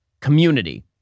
community